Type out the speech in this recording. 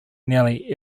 nearly